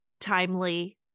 timely